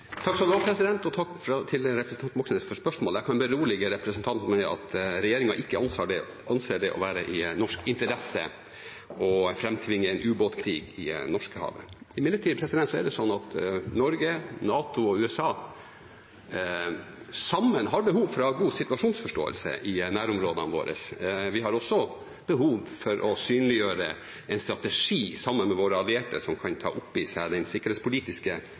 Takk til representanten Moxnes for spørsmålet. Jeg kan berolige ham med at regjeringen ikke anser det å være i Norges interesse å framtvinge en ubåtkrig i Norskehavet. Det er imidlertid slik at Norge, NATO og USA sammen har behov for å ha en god situasjonsforståelse i nærområdene våre. Vi har også behov for å synliggjøre en strategi sammen med våre allierte som kan ta opp i seg den sikkerhetspolitiske